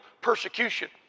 Persecution